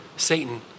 Satan